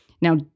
Now